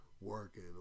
working